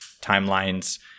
timelines